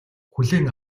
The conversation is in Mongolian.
хүлээн